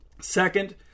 Second